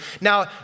Now